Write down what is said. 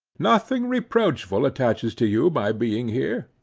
nothing reproachful attaches to you by being here.